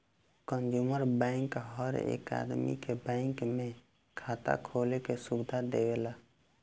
consumer bank हर एक आदमी के बैंक में खाता खोले के सुविधा देवेला